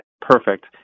Perfect